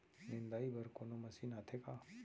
निंदाई बर कोनो मशीन आथे का?